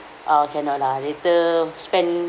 uh cannot lah later spend